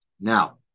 Now